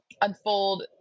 unfold